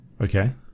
Okay